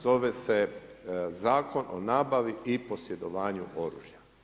Zove se Zakon o nabavi i posjedovanju oružja.